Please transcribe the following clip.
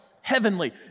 heavenly